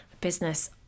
business